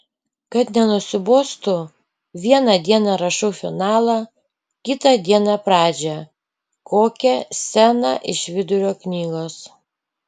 kad nenusibostų vieną dieną rašau finalą kitą dieną pradžią kokią sceną iš vidurio knygos